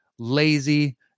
lazy